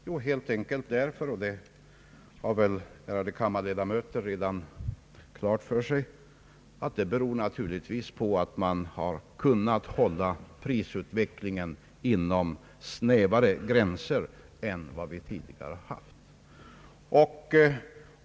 Jo, helt enkelt därför — och det har väl de ärade kammarledamöterna redan klart för sig — att prisutvecklingen har kunnat hållas inom snävare gränser än som varit möjligt tidigare.